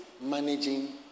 managing